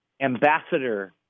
ambassador